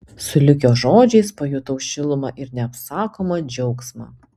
sulig jo žodžiais pajutau šilumą ir neapsakomą džiaugsmą